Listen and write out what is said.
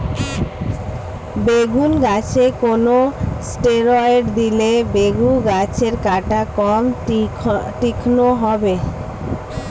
বেগুন গাছে কোন ষ্টেরয়েড দিলে বেগু গাছের কাঁটা কম তীক্ষ্ন হবে?